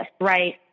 right